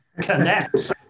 connect